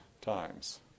times